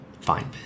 Fine